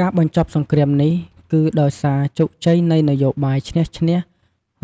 ការបញ្ចប់សង្គ្រាមនេះគឺដោយសារជោគជ័យនៃ នយោបាយឈ្នះ-ឈ្នះ